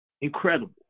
incredible